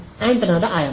ಆಂಟೆನಾದ ಆಯಾಮ